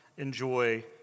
enjoy